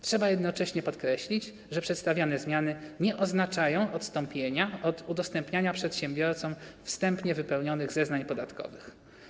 Trzeba jednocześnie podkreślić, że przedstawiane zmiany nie oznaczają odstąpienia od udostępniania przedsiębiorcom wstępnie wypełnionych zeznań podatkowych.